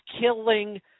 killing